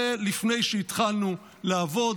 זה לפני שהתחלנו לעבוד,